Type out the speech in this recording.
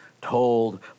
told